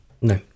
no